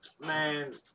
Man